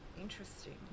Interesting